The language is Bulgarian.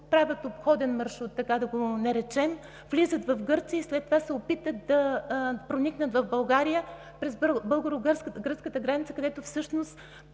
правят обходен маршрут, така да го наречем, влизат в Гърция и след това се опитват да проникнат в България през българо-гръцката граница, където всъщност